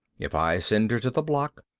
if i send her to the block,